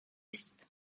است